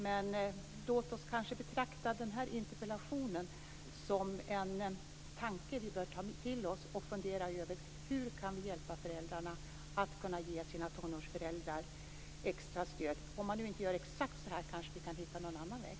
Men låt oss kanske betrakta den här interpellationen som en tanke vi bör ta till oss och fundera över. Hur kan vi hjälpa föräldrarna att ge sina tonåringar extra stöd? Om man nu inte gör exakt så här kanske vi kan hitta en annan väg.